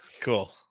Cool